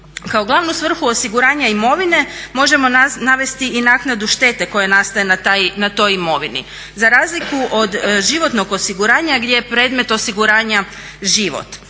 Kao glavnu svrhu osiguranja imovine možemo navesti i naknadu štete koja nastaje na toj imovini. Za razliku od životnog osiguranja gdje je predmet osiguranja život.